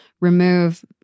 remove